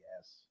Yes